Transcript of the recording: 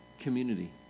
community